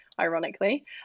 ironically